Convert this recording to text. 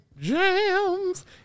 jams